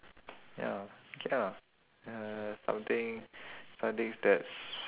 ya ya uh something so I think that's